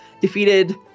defeated